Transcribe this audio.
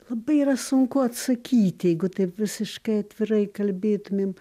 labai yra sunku atsakyti jeigu taip visiškai atvirai kalbėtumėm